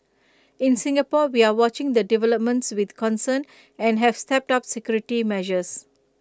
in Singapore we are watching the developments with concern and have stepped up security measures